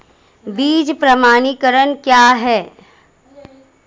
बीज प्रमाणीकरण क्या है?